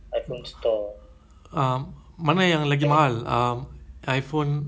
um mana yang lagi mahal um iphone eight or